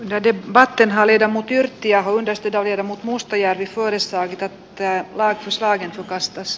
näiden varten hallita muut yrttiaho edes pidä viedä mut mustajärvi ori sai käyttää laitosta ehdokasta s